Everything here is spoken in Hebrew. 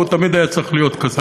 והוא תמיד היה צריך להיות כזה.